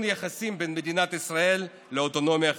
יחסים בין מדינת ישראל לאוטונומיה החרדית,